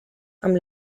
amb